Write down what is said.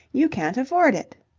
you can't afford it.